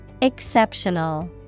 Exceptional